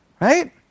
Right